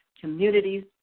communities